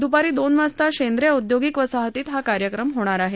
द्रपारी दोन वाजता शेंद्रे औद्यिगिक वसाहतीत हा कार्यक्रम होणार आहे